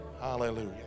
Hallelujah